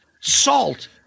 salt